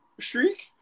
streak